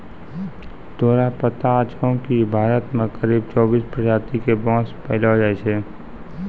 तोरा पता छौं कि भारत मॅ करीब चौबीस प्रजाति के बांस पैलो जाय छै